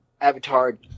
Avatar